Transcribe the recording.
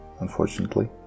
unfortunately